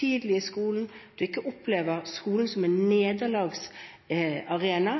tidlig i skolen, at du ikke opplever skolen som en nederlagsarena, men